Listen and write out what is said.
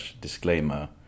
disclaimer